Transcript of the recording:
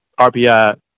RPI